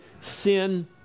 sin